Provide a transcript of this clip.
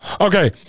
Okay